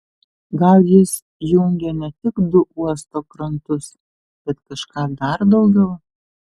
gal jis jungė ne tik du uosto krantus bet kažką dar daugiau